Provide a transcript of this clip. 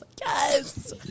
Yes